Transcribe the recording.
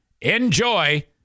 Enjoy